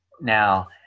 now